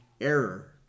error